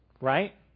right